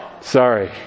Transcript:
Sorry